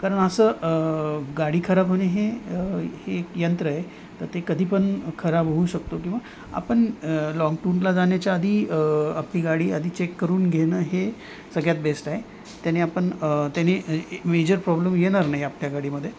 कारण असं गाडी खराब होणे हे हे एक यंत्र आहे त ते कधीपण खराब होऊ शकतो किंवा आपण लाँग टूरला जाण्याच्या आधी आपली गाडी आधी चेक करून घेणं हे सगळ्यात बेस्ट आहे त्याने आपण त्याने मेजर प्रॉब्लेम येणार नाही आपल्या गाडीमध्ये